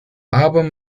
album